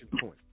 point